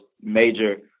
major